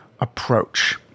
approach